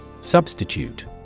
Substitute